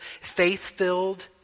faith-filled